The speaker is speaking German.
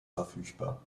verfügbar